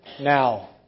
Now